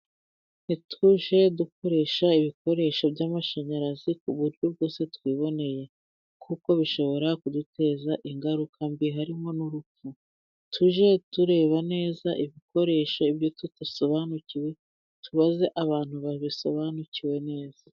Ntitujye dukoresha ibikoresho by'amashanyarazi ku buryo bwose twiboneye. Kuko bishobora kuduteza ingaruka mbi, harimo n'urupfu. Tujye tureba neza ibikoresho. Ibyo tudasobanukiwe, tubaze abantu babisobanukiwe neza.